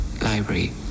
library